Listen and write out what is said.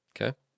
okay